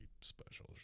special